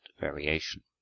variation